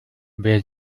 wer